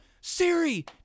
Siri